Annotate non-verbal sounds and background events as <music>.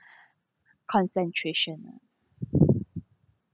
<breath> concentration ah